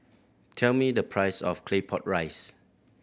tell me the price of Claypot Rice